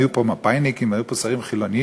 היו פה מפא"יניקים והיו פה שרים חילונים.